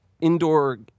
indoor